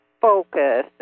focus